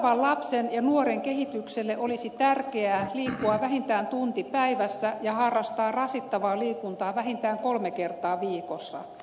kasvavan lapsen ja nuoren kehitykselle olisi tärkeää liikkua vähintään tunti päivässä ja harrastaa rasittavaa liikuntaa vähintään kolme kertaa viikossa